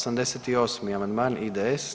88. amandman IDS.